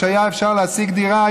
שהיה אפשר להשיג בהם דירה,